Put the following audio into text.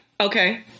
okay